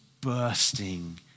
bursting